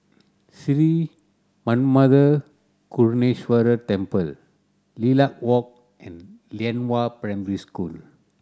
Sri Manmatha Karuneshvarar Temple Lilac Walk and Lianhua Primary School